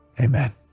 Amen